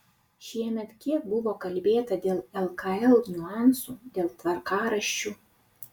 šiemet kiek buvo kalbėta dėl lkl niuansų dėl tvarkaraščių